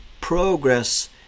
progress